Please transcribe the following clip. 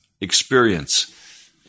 experience